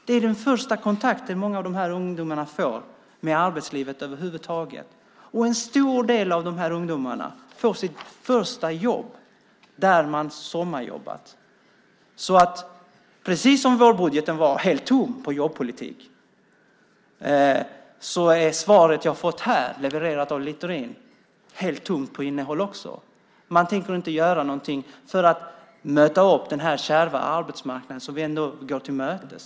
Det är den första kontakten som många ungdomar får med arbetslivet över huvud taget. Och en stor del av ungdomarna får sitt första jobb där de sommarjobbat. Precis som vårbudgeten var helt tom på jobbpolitik är svaret jag här fått levererat av Littorin helt tomt på innehåll. Man tänker inte göra någonting för att dämpa den kärva arbetsmarknad som vi nu går till mötes.